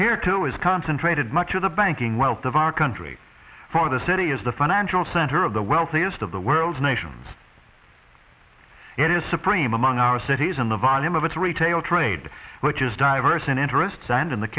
here too is concentrated much of the banking wealth of our country for the city is the financial center of the wealthiest of the world's nations it is supreme among our cities in the volume of its retail trade which is diverse in interests and in the